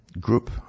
group